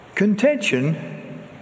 Contention